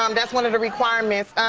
um that's one of the requirements.